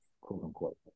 quote-unquote